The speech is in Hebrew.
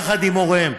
יחד עם הוריהם.